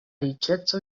riĉeco